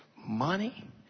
Money